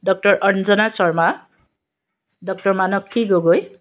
doctor Anjana Sharma doctor Manasi Gogoi